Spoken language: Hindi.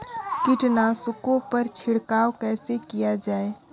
कीटनाशकों पर छिड़काव कैसे किया जाए?